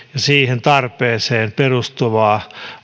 siihen tarpeeseen perustuvia